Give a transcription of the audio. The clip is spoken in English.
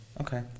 Okay